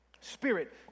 Spirit